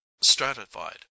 stratified